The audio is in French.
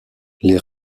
les